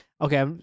okay